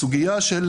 הסוגייה של